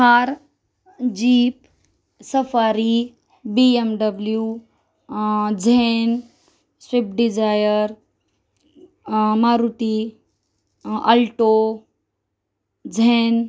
Thar jeep safari BMW zen swift Dzire Maruti alto zen